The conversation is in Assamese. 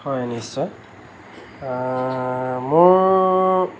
হয় নিশ্চয় মোৰ